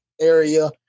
area